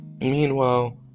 Meanwhile